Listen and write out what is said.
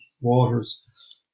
waters